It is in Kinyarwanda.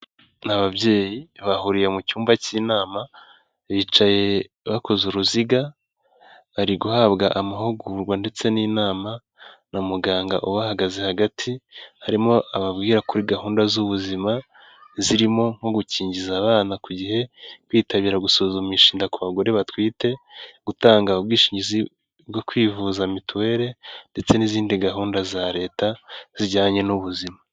Ni ababyeyi bahuriye mu cyumba cy'inama,, bicaye bakoze uruziga bari guhabwa amahugurwa ndetse n'inama na muganga ubahagaze hagati, arimo ababwira kuri gahunda z'ubuzima zirimo nko gukingiza abana ku gihe. kwitabira gusuzumisha inda ku bagore batwite, gutanga ubwishingizi bwo kwivuza mitiwere. ndetse n'izindi gahunda za leta zijyanye n'ubuzima.